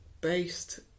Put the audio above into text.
Based